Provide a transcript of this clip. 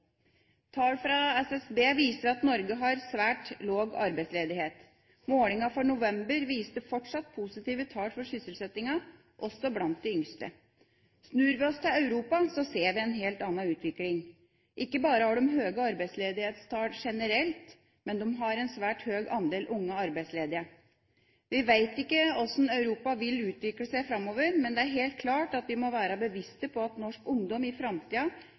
Tall fra SSB viser at Norge har svært låg arbeidsledighet. Målingen for november viste fortsatt positive tall for sysselsettinga, også blant de yngste. Snur vi oss til Europa, ser vi en helt annen utvikling. Ikke bare har de høge arbeidsledighetstall generelt, men de har en svært høg andel unge arbeidsledige. Vi vet ikke hvordan Europa vil utvikle seg framover, men det er helt klart at vi må være bevisste på at norsk ungdom i framtida